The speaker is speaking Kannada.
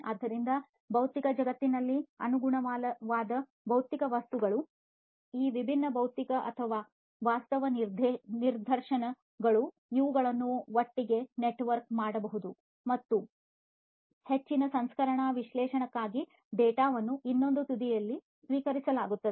ಆದ್ದರಿಂದ ಭೌತಿಕ ಜಗತ್ತಿನಲ್ಲಿ ಅನುಗುಣವಾದ ಭೌತಿಕ ವಸ್ತುಗಳ ಈ ವಿಭಿನ್ನ ಭೌತಿಕ ಅಥವಾ ವಾಸ್ತವ ನಿದರ್ಶನಗಳು ಇವುಗಳನ್ನು ಒಟ್ಟಿಗೆ ನೆಟ್ವರ್ಕ್ ಮಾಡಬಹುದು ಮತ್ತು ಹೆಚ್ಚಿನ ಸಂಸ್ಕರಣಾ ವಿಶ್ಲೇಷಣೆಗಾಗಿ ಡೇಟಾವನ್ನು ಇನ್ನೊಂದು ತುದಿಯಲ್ಲಿ ಸ್ವೀಕರಿಸಲಾಗುತ್ತದೆ ಮತ್ತು ಉದ್ಯಮವನ್ನು ಚುರುಕು ಮಾಡುವುದು